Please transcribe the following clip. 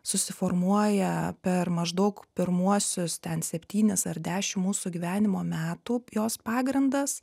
susiformuoja per maždaug pirmuosius ten septynis ar dešim mūsų gyvenimo metų jos pagrindas